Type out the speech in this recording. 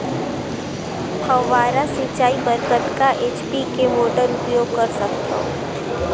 फव्वारा सिंचाई बर कतका एच.पी के मोटर उपयोग कर सकथव?